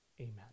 amen